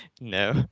No